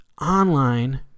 online